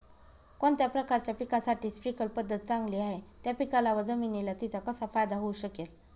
कोणत्या प्रकारच्या पिकासाठी स्प्रिंकल पद्धत चांगली आहे? त्या पिकाला व जमिनीला तिचा कसा फायदा होऊ शकेल?